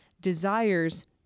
desires